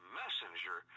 messenger